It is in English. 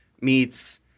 meets